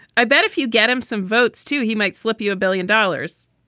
i bet if you get him some votes, too, he might slip you a billion dollars.